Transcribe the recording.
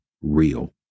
real